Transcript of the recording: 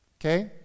okay